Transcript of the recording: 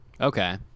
Okay